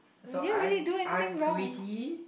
so I'm I'm greedy